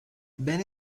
ben